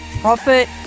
profit